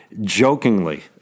jokingly